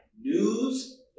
news